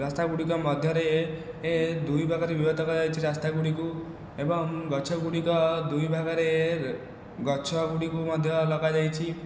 ରାସ୍ତା ଗୁଡ଼ିକ ମଧ୍ୟରେ ଏ ଦୁଇ ଭାଗରେ ବିଭକ୍ତ କରା ଯାଇଛି ରାସ୍ତା ଗୁଡ଼ିକୁ ଏବଂ ଗଛ ଗୁଡ଼ିକ ଦୁଇ ଭାଗରେ ଗଛ ଗୁଡ଼ିକୁ ମଧ୍ୟ ଲଗାଯାଇଛି